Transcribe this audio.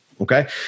Okay